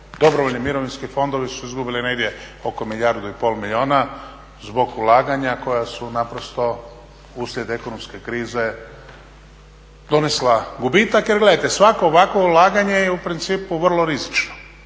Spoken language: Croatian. dobrovoljni mirovinski fondovi su izgubili negdje oko milijardu i pol milijuna zbog ulaganja koja su naprosto uslijed ekonomske krize donesla gubitak jer gledajte, svako ovakvo ulaganje je u principu vrlo rizično